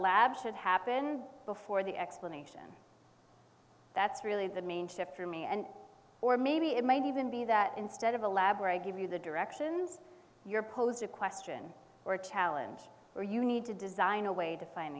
lab should happen before the explanation that's really the main chip for me and or maybe it might even be that instead of a lab where i give you the directions you're posed a question or a challenge or you need to design a way to find